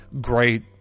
great